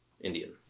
Indian